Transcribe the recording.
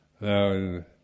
Now